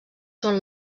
són